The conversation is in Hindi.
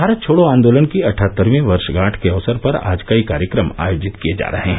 भारत छोडो आंदोलन की अठहत्तरवीं वर्षगांठ के अवसर पर आज कई कार्यक्रम आयोजित किए जा रहे हैं